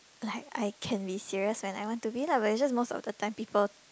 like I can be serious and I want to be lah but it's just most of the time people